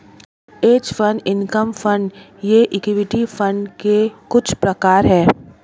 hedge fund income fund ये equity fund के कुछ प्रकार हैं